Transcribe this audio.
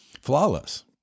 flawless